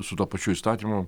su tuo pačiu įstatymu